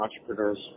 entrepreneurs